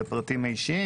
הפרטים האישיים,